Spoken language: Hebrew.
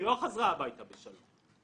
היא לא חזרה הביתה בשלום.